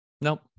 nope